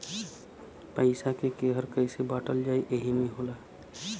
पइसा के केहर कइसे बाँटल जाइ एही मे होला